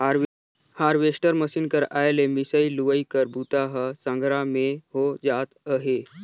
harvester machine कर आए ले मिंसई, लुवई कर बूता ह संघरा में हो जात अहे